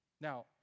Now